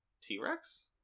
T-Rex